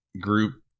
group